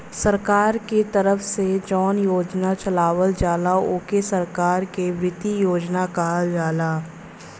सरकार के तरफ से जौन योजना चलावल जाला ओके सरकार क वित्त योजना कहल जाला